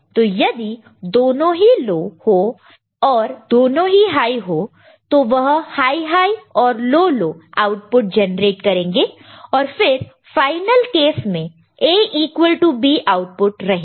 तो यदि दोनों ही लो और दोनों ही हाई हो तो वह हाई हाई और लो लो आउटपुट जनरेट करेंगे और फिर फाइनल केस में A इक्वल टू B आउटपुट रहेगा